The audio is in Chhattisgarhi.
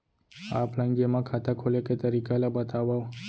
ऑफलाइन जेमा खाता खोले के तरीका ल बतावव?